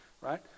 right